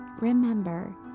Remember